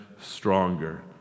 stronger